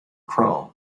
chrome